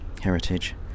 heritage